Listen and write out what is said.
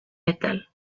metal